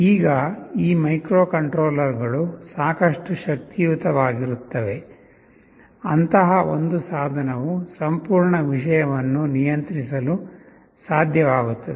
ಈಗ ಈ ಮೈಕ್ರೊಕಂಟ್ರೋಲರ್ಗಳು ಸಾಕಷ್ಟು ಶಕ್ತಿಯುತವಾಗಿರುತ್ತವೆ ಅಂತಹ ಒಂದು ಸಾಧನವು ಸಂಪೂರ್ಣ ವಿಷಯವನ್ನು ನಿಯಂತ್ರಿಸಲು ಸಾಧ್ಯವಾಗುತ್ತದೆ